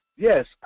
Yes